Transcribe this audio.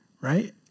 right